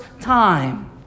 time